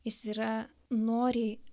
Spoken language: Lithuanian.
jis yra noriai